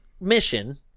mission